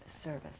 service